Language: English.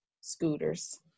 scooters